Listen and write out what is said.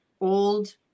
old